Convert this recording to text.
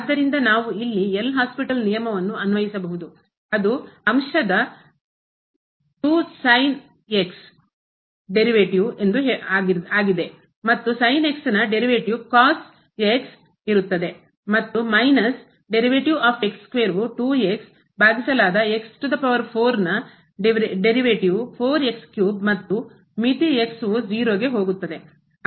ಆದ್ದರಿಂದ ನಾವು ಇಲ್ಲಿ ಎಲ್ ಹಾಸ್ಪಿಟಲ್ ನಿಯಮವನ್ನು ಅನ್ವಯಿಸಬಹುದು ಅದು ಅಂಶದ derivative ಉತ್ಪನ್ನವು ಎಂದು ಹೇಳುತ್ತದೆ ಮತ್ತು ನ derivative ಮತ್ತು ಮೈನಸ್ derivative of ಭಾಗಿಸಲಾದ ನ deriviative ಉತ್ಪನ್ನವು ಮತ್ತು ಮಿತಿ 0 ಗೆ ಹೋಗುತ್ತದೆ